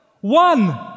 One